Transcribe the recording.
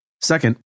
Second